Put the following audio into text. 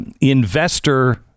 investor